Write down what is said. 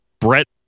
Brett